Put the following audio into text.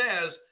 says